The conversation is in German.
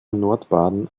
nordbaden